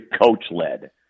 coach-led